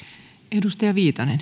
arvoisa